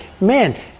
man